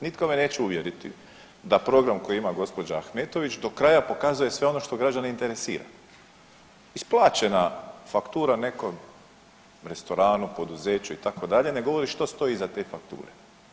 Nitko me neće uvjeriti da program koji ima gđa. Ahmetović do kraja pokazuje sve ono što građane interesira, isplaćena faktura nekom restoranu, poduzeću itd. ne govori što stoji iza te fakture.